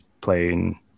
playing